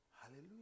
Hallelujah